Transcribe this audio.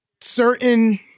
certain